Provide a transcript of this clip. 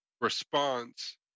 response